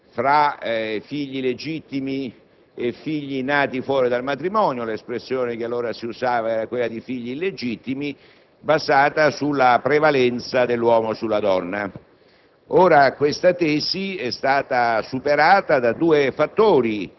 C'era un'opinione la quale riteneva che la formula della società naturale dovesse rimandare all'immutabile - così veniva considerato - modello tradizionale della famiglia patriarcale, basata sul ruolo prevalente del padre,